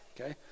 okay